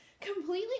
completely